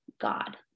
God